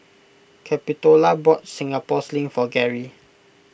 Capitola bought Singapore Sling for Gary